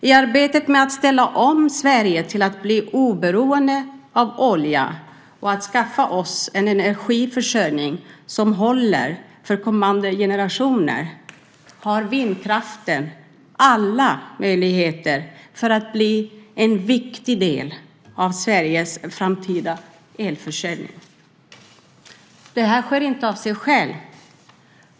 I arbetet med att ställa om Sverige till att bli oberoende av olja och att skaffa oss en energiförsörjning som håller för kommande generationer har vindkraften alla möjligheter att bli en viktig del av Sveriges framtida elförsörjning. Det här sker inte av sig självt.